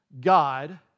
God